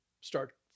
start